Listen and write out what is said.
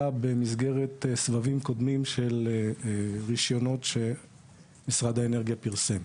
במסגרת סבבים קודמים של רישיונות שמשרד האנרגיה פרסם.